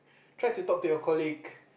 try to talk to your colleague